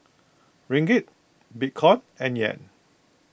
Ringgit Bitcoin and Yen